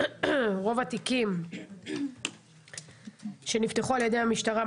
רוב התיקים שנפתחו על ידי המשטרה,